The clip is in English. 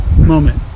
moment